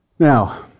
Now